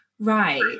right